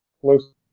close